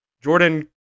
Jordan